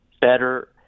better